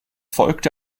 folgte